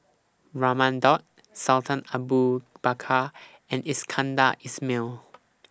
Raman Daud Sultan Abu Bakar and Iskandar Ismail